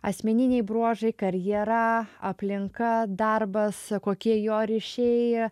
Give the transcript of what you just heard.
asmeniniai bruožai karjera aplinka darbas kokie jo ryšiai